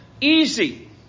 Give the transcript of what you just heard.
easy